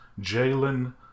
Jalen